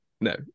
no